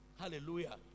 Hallelujah